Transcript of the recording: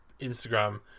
Instagram